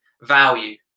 value